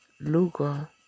Lugar